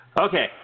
okay